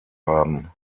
haben